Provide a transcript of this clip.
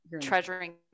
treasuring